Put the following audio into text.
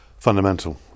Fundamental